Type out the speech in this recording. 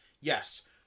Yes